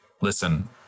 listen